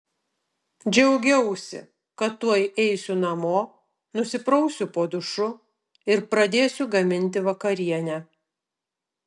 džiaugiausi kad tuoj eisiu namo nusiprausiu po dušu ir pradėsiu gaminti vakarienę